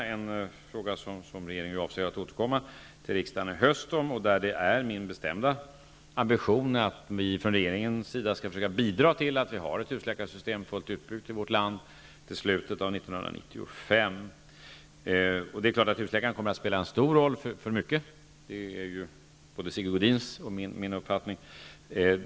I den frågan avser regeringen att i höst återkomma till riksdagen. Det är min bestämda ambition att vi i regeringen skall försöka bidra till ett fullt utbyggt husläkarsystem i vårt land före slutet av 1995. Det är klart att husläkaren kommer att spela en stor roll i många sammanhang. Det är både Sigge Godins och min uppfattning.